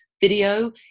video